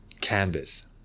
canvas